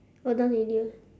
oh done already ah